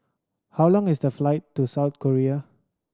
how long is the flight to South Korea